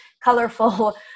colorful